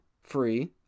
free